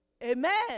Amen